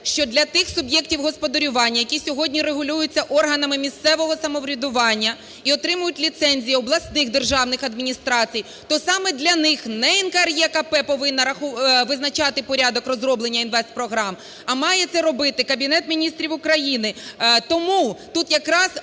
що для тих суб'єктів господарювання, які сьогодні регулюються органами місцевого самоврядування і отримують ліцензію обласних державних адміністрацій, то саме для них не НКРЕКП повинно визначати порядок розроблення інвестпрограм, а має це робити Кабінет Міністрів України. Тому тут якраз